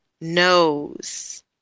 nose